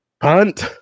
Punt